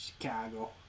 Chicago